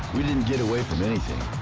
we didn't get away from anything,